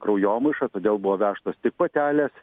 kraujomaiša todėl buvo vežtos tik patelės